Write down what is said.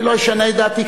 אני לא אשנה את דעתי.